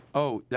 oh, yeah